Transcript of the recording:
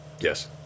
Yes